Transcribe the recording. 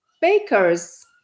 bakers